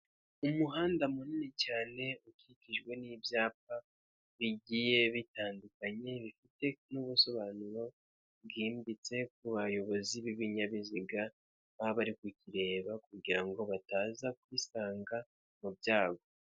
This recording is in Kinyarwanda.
Umuhanda munini cyane ukikijwe n'ibyapa bigiye bitandukanye bifite n'ubusobanuro bwimbitse ku bayobozi b'ibinyabiziga baba bari kukireba kugira ngo bataza kwisanga mu byago.